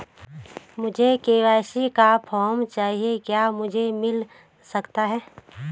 मुझे के.वाई.सी का फॉर्म चाहिए क्या मुझे मिल सकता है?